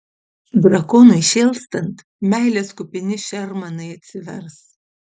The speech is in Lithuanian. drakonui šėlstant meilės kupini šermanai atsivers